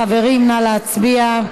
חברים, נא להצביע.